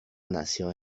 nació